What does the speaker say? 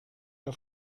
der